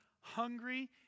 Hungry